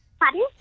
Pardon